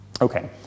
Okay